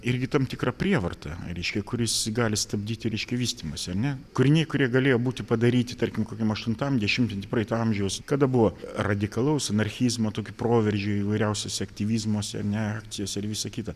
irgi tam tikrą prievartą reiškia kuris gali stabdyti reiškia vystymąsi ar ne kūriniai kurie galėjo būti padaryti tarkim kokiam aštuntam dešimtmety praeito amžiaus kada buvo radikalaus anarchizmo tokie proveržiai įvairiausiuose aktivizmuose ar ne akcijos ir visa kita